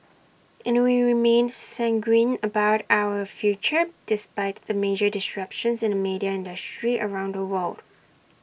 and we remain sanguine about our future despite the major disruptions in the media industry around the world